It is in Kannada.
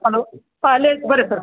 ಹಲೋ ಹಾಂ ಅಲ್ಲೇ ಐತೆ ಬನ್ರಿ ಸರ